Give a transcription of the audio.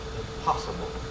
impossible